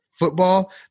football